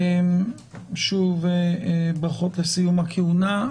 שוב ברכות לסיום הכהונה.